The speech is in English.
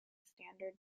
standard